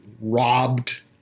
robbed